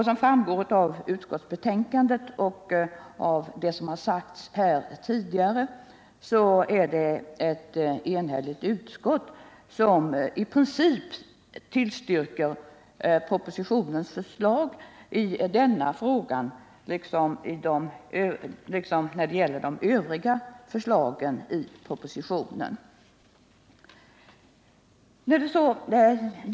Som framgår av utskottsbetänkandet och av vad som sagts här tidigare har ett enhälligt utskott i princip tillstyrkt propositionen, och detta gäller både det här förslaget och de övriga förslagen i propositionen.